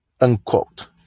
Unquote